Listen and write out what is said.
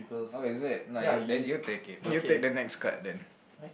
oh is it nah you then you take it you take the next card then